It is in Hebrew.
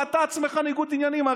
ואתה עצמך בניגוד עניינים.